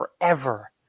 forever